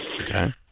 Okay